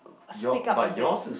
speak up a bit